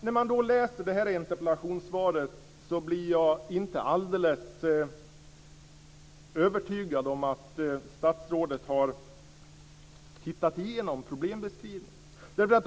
När jag läser det här interpellationssvaret blir jag inte alldeles övertygad om att statsrådet har tittat igenom problembeskrivningen.